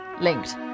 Linked